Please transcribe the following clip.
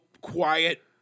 quiet